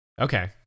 Okay